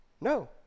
No